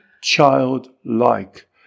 childlike